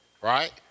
Right